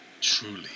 Truly